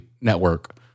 Network